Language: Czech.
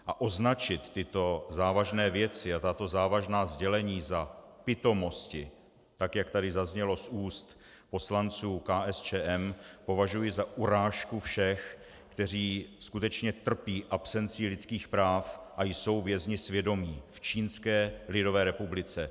A označit tyto závažné věci a tato závažná sdělení za pitomosti, tak jak tady zaznělo z úst poslanců KSČM, považuji za urážku všech, kteří skutečně trpí absencí lidských práv a jsou vězni svědomí v Čínské lidové republice.